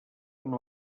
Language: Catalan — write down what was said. amb